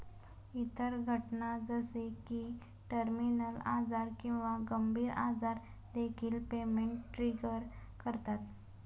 इतर घटना जसे की टर्मिनल आजार किंवा गंभीर आजार देखील पेमेंट ट्रिगर करतात